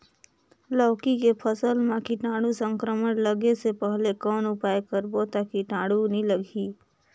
लौकी के फसल मां कीटाणु संक्रमण लगे से पहले कौन उपाय करबो ता कीटाणु नी लगही?